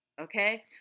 Okay